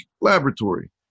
Laboratory